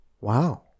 wow